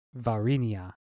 Varinia